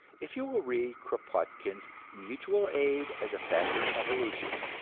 if you will read kropotkin's mutual aid as a factor in evolution,